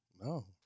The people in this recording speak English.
no